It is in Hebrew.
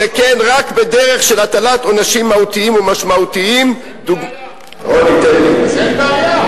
שכן רק בדרך של הטלת עונשים מהותיים ומשמעותיים" אין בעיה.